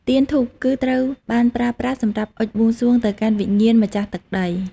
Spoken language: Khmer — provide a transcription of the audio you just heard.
ទៀន ធូបគឺ ត្រូវបានប្រើប្រាស់សម្រាប់អុជបួងសួងទៅកាន់វិញ្ញាណម្ចាស់ទឹកដី។